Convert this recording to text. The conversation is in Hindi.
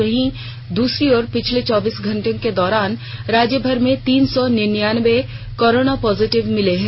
वहीं दूसरी ओर पिछले चौबीस घंटे के दौरान राज्यभर में तीन सौ निनयान्बे कोरोना पॉजिटिव मिले हैं